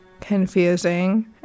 confusing